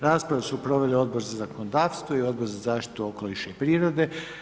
Rasprave su proveli Odbor za zakonodavstvo i Odbor za zaštitu okoliša i prirode.